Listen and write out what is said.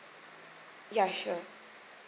ya sure